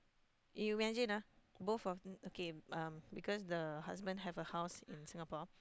you imagine ah both of okay um because the husband have a house in Singapore